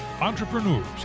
entrepreneurs